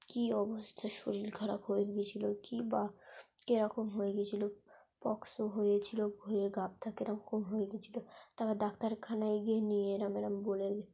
কী অবস্থা শরীর খারাপ হয়ে গিয়েছিল কী বা কীরকম হয়ে গিয়েছিল পক্স হয়েছিল ভয়ে গা হাত পা কীরকম হয়ে গিয়েছিল তারপর ডাক্তারখানায় গিয়ে নিয়ে এরকম এরকম বলে